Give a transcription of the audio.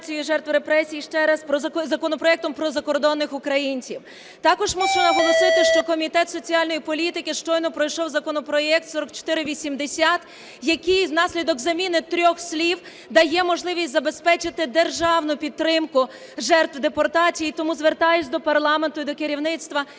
реабілітацію жертв репресій ще раз, законопроектом про закордонних українців. Також мушу наголосити, що Комітет соціальної політики щойно пройшов законопроект 4480, який внаслідок заміни трьох слів дає можливість забезпечити державну підтримку жертв депортації. І тому звертаюся до парламенту, і до керівництва